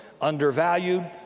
undervalued